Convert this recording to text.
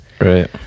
Right